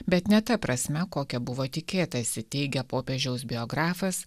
bet ne ta prasme kokia buvo tikėtasi teigia popiežiaus biografas